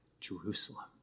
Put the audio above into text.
Jerusalem